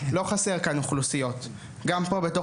לא חסר כאן מגוון של אוכלוסיות.